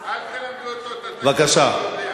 אל תלמדו אותו, סעיף 1 נתקבל.